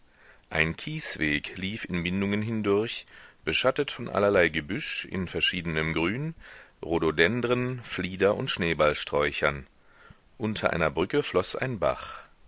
ein kiesweg lief in windungen hindurch beschattet von allerlei gebüsch in verschiedenem grün rhododendren flieder und schneeballsträuchern unter einer brücke floß ein bach